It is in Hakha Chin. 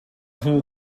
hmu